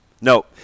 No